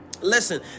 listen